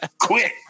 quit